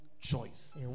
choice